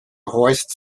hoist